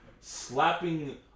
slapping